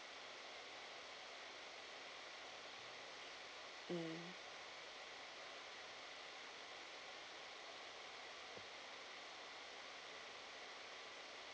mm